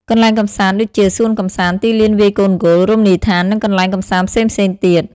កន្លែងកម្សាន្ត ដូចជា សួនកម្សាន្ត ទីលានវាយកូនគោល រមណីយដ្ឋាន និងកន្លែងកម្សាន្តផ្សេងៗទៀត។